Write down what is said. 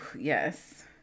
yes